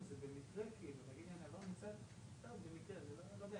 בשנת 2020 היו 21